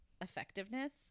effectiveness